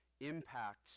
impacts